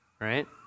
right